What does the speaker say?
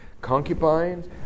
concubines